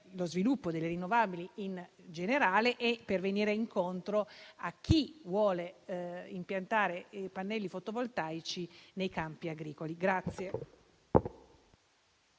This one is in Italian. sviluppo delle rinnovabili in generale e per venire incontro a chi vuole impiantare pannelli fotovoltaici nei campi agricoli.